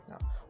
now